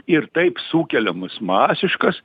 ir taip sukeliamas masiškas